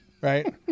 right